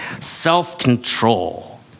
self-control